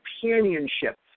companionship